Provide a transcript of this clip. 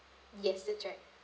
yes that's right